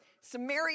Samaria